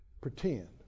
Pretend